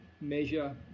measure